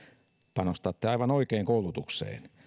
panostatte aivan oikein koulutukseen